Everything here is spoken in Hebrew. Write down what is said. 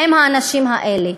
עם האנשים האלה?